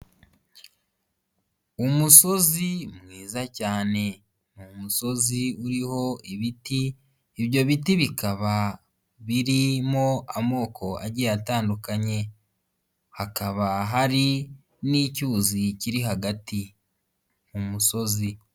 Umusozi mwiza cyane ni umusozi uriho ibiti, ibyo biti bikaba birimo amoko agiye atandukanye, hakaba hari n'icyuzi kiri hagati mu musozi.